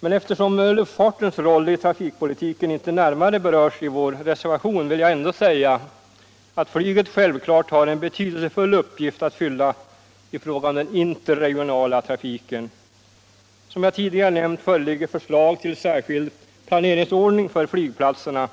Men eftersom luftfartens roll i trafikpolitiken inte närmare berörs i vår reservation, vill jag ändå säga att flyget självklart har en betydelsefull uppgift att fylla i den interregionalz trafiken. Som jag tidigare erinrat om föreligger förslag till särskild planeringsordning för flygplatserna,